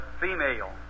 female